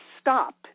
stop